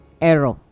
Error